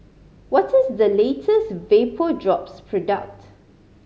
what is the latest Vapodrops product